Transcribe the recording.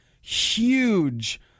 huge